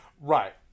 Right